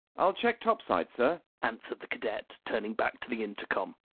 i'll check topside, sir, answered the cadet, turning back to the intercom.